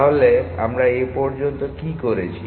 তাহলে আমরা এ পর্যন্ত কি করেছি